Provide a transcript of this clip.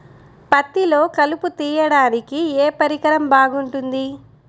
పత్తిలో కలుపు తీయడానికి ఏ పరికరం బాగుంటుంది?